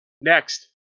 Next